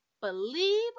believe